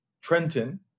trenton